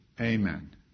Amen